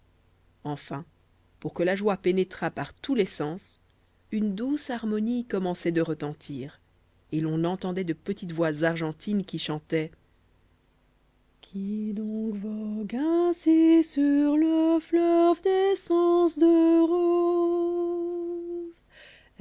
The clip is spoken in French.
enfin pour que la joie pénétrât par tous les sens une douce harmonie commençait de retentir et l'on entendait de petites voix argentines qui chantaient qui